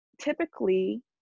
typically